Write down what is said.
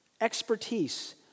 expertise